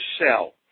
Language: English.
sell